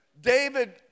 David